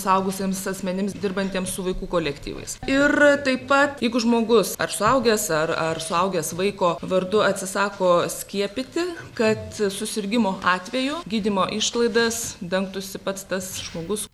suaugusiems asmenims dirbantiems su vaikų kolektyvais ir taip pat jeigu žmogus ar suaugęs ar ar suaugęs vaiko vardu atsisako skiepyti kad susirgimo atveju gydymo išlaidas dengtųsi pats tas žmogus